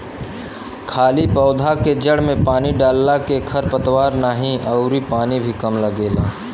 खाली पौधा के जड़ में पानी डालला के खर पतवार नाही अउरी पानी भी कम लगेला